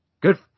Good